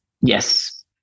Yes